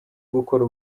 gukora